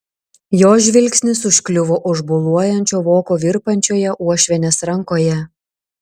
jo žvilgsnis užkliuvo už boluojančio voko virpančioje uošvienės rankoje